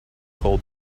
hold